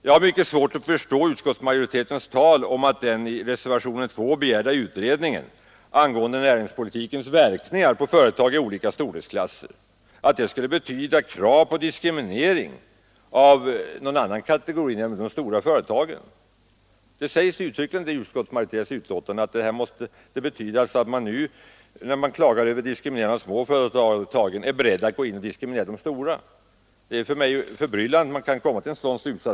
Jag har mycket svårt att förstå utskottsmajoritetens tal om att kravet i reservationen 2 på en utredning angående näringspolitikens verkningar på företag i olika storleksklasser skulle vara detsamma som ett krav på diskriminering av de stora företagen. Det sägs uttryckligen i utskottsmajoritetens skrivning att när man klagar över diskriminering av små företag måste det innebära att man är beredd att i stället diskriminera de stora. Det är förbryllande att man kan dra en sådan slutsats.